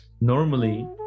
normally